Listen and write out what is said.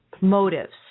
motives